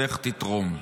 לך תתרום.